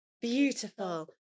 beautiful